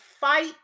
fight